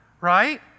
right